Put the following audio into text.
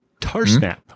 Tarsnap